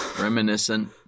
Reminiscent